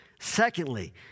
Secondly